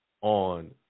on